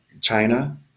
China